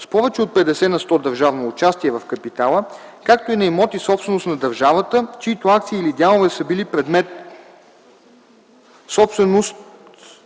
с повече от 50 на сто държавно участие в капитала, както и на имоти – собственост на дружества, чиито акции или дялове са били предмет на